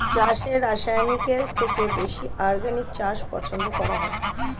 চাষে রাসায়নিকের থেকে বেশি অর্গানিক চাষ পছন্দ করা হয়